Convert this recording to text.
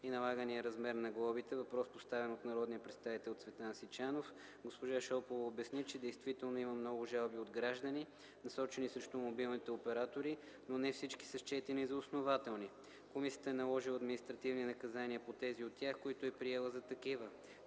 и налагания размер на глобите, въпрос поставен от народния представител Цветан Сичанов, госпожа Шопова обясни, че действително има много жалби от граждани, насочени срещу мобилните оператори, но не всички са счетени за основателни. Комисията е наложила административни наказания по тези от тях, които е приела за такива.